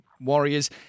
Warriors